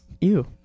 Ew